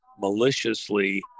maliciously